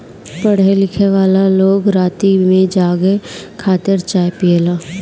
पढ़े लिखेवाला लोग राती में जागे खातिर चाय पियेला